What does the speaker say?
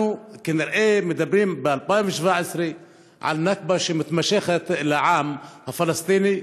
אנחנו כנראה מדברים ב-2017 על נכבה מתמשכת לעם הפלסטיני,